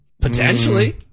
Potentially